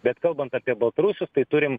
bet kalbant apie baltarusius tai turim